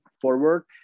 forward